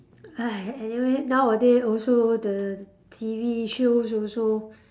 !hais! anyway nowadays also the T_V shows also